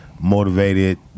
motivated